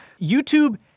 YouTube